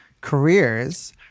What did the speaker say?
careers